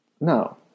No